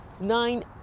nine